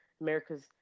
America's